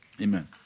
Amen